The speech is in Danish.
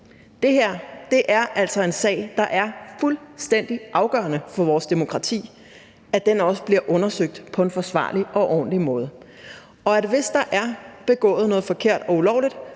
Det her er altså en sag, som det er fuldstændig afgørende for vores demokrati også bliver undersøgt på en forsvarlig og ordentlig måde, hvis der er begået noget forkert og ulovligt,